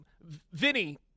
Vinny